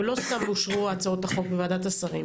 ולא סתם אושרו הצעות החוק בוועדת השרים,